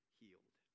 healed